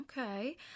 Okay